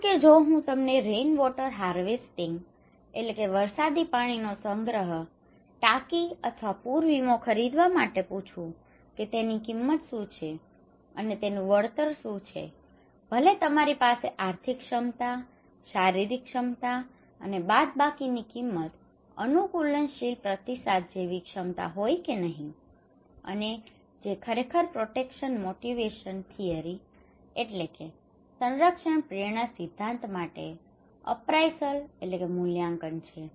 જેમ કે જો હું તમને rain water harvesting rainwater harvesting વરસાદી પાણીનો સંગ્રહ ટાંકી અથવા પૂર વીમો ખરીદવા માટે પૂછું કે તેની કિંમત શું છે અને તેનું વળતર શું છે ભલે તમારી પાસે આર્થિક ક્ષમતા શારીરિક ક્ષમતા અને બાદબાકીની કિંમત અનુકૂલનશીલ પ્રતિસાદ જેવી ક્ષમતા હોય કે નહીં અને જે ખરેખર protection motivation theory protection motivation theory સંરક્ષણ પ્રેરણા સિદ્ધાંત માટે અપ્રાઇસલ appraisal મૂલ્યાંકન છે